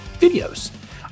videos